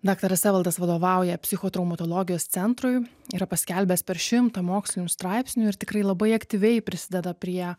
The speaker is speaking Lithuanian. daktaras evaldas vadovauja psichotraumatologijos centrui yra paskelbęs per šimtą mokslinių straipsnių ir tikrai labai aktyviai prisideda prie